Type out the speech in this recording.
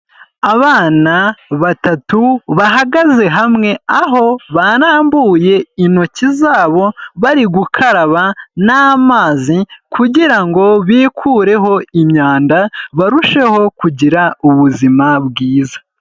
Abana batatu bahagaze hamwe, aho barambuye intoki zabo bari gukaraba n'amazi kugira ngo bikureho imyanda, barusheho kugira ubuzima bwiza.